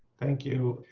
thank you.